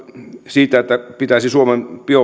siitä että pitäisi suomen